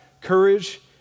courage